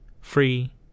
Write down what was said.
free